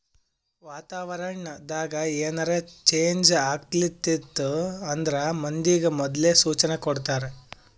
ವಾತಾವರಣ್ ದಾಗ್ ಏನರೆ ಚೇಂಜ್ ಆಗ್ಲತಿತ್ತು ಅಂದ್ರ ಮಂದಿಗ್ ಮೊದ್ಲೇ ಸೂಚನೆ ಕೊಡ್ತಾರ್